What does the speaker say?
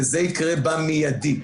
וזה יקרה במיידי,